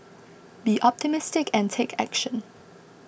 be optimistic and take action